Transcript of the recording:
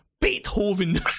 Beethoven